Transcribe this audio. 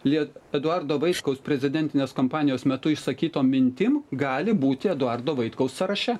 liet eduardo vaiškaus prezidentinės kampanijos metu išsakyto mintim gali būti eduardo vaitkaus sąraše